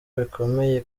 bikomeye